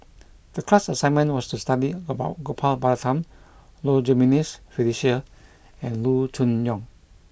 the class assignment was to study about Gopal Baratham Low Jimenez Felicia and Loo Choon Yong